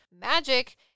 magic